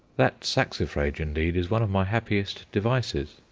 that saxifrage, indeed, is one of my happiest devices.